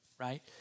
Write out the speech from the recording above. right